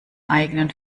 eigenen